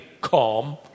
calm